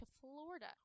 Florida